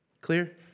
Clear